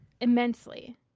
immensely